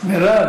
ראש חודש טוב,